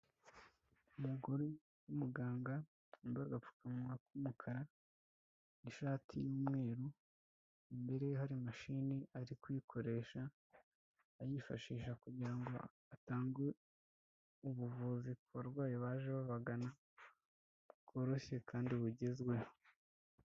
Umugore w'umuganga wambaye agapfukanwa k'umukara n'ishati y'umweru, imbere harimashini ari kukoresha ayifashisha kugira ngo atange ubuvuzi ku barwayi baje babagana bworoshye kandi bugezweho.